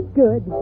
good